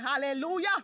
hallelujah